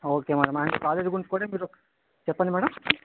okay madam and college గురించి కూడా మీరు ఒక చెప్పండి మ్యాడం